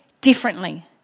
differently